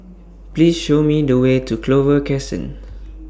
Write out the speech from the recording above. Please Show Me The Way to Clover Crescent